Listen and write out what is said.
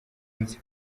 nzi